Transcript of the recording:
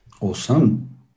Awesome